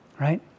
Right